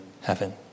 heaven